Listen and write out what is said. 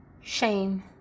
shame